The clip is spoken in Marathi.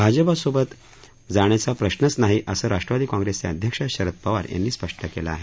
भाजपासोबत जाण्याचा प्रश्नच नाही असं राष्ट्रवादी काँप्रेसचे अध्यक्ष शरद पवार यांनी स्पष्ट केलं आहे